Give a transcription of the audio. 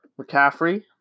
McCaffrey